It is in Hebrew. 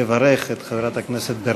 לברך את חברת הכנסת ברקו.